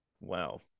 Wow